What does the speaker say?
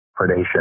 predation